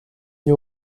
you